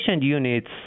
units